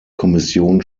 kommission